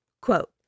Quote